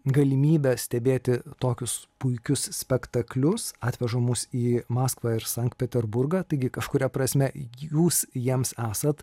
galimybę stebėti tokius puikius spektaklius atveža mus į maskvą ir sankt peterburgą taigi kažkuria prasme jūs jiems esat